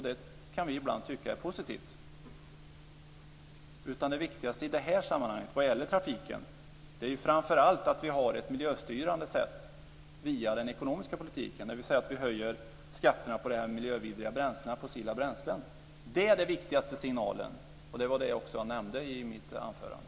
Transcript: Det kan vi ibland tycka är positivt. Det viktigaste i det här sammanhanget vad gäller trafiken är framför allt att vi har ett miljöstyrande sätt via den ekonomiska politiken, dvs. att vi höjer skatterna på miljövidriga bränslen, fossila bränslen. Det är den viktigaste signalen. Det var det jag också nämnde i mitt anförande.